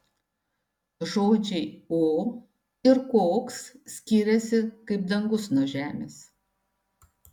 žodžiai o ir koks skiriasi kaip dangus nuo žemės